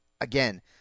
Again